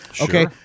Okay